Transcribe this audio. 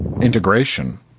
integration